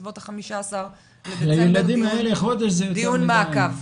בסביבות 15 בדצמבר נקיים דיון מעקב.